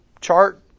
chart